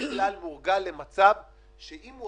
להגיד את זה, ושלא